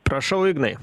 prašau ignai